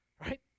Right